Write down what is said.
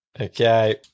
Okay